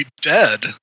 dead